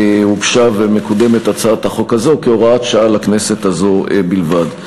הוגשה ומקודמת הצעת החוק הזאת כהוראת שעה לכנסת הזאת בלבד.